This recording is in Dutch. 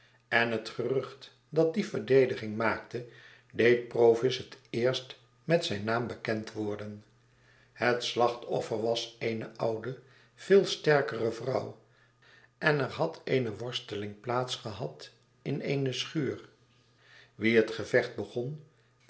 en het gerucht dat die verdediging maakte deed provis het eerst met zijn naam bekend worden het slachtoffer was eene oudere veel sterkere vrouw en er had eene worsteling plaats gehad in eene schuur wie het gevecht begon